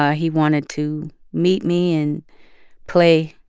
ah he wanted to meet me and play,